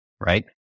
Right